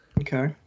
Okay